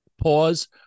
pause